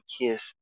kiss